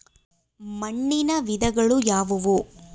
ಮಣ್ಣಿನ ವಿಧಗಳು ಯಾವುವು?